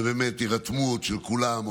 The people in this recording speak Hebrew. באמת הירתמות של כולם,